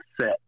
set